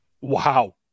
Wow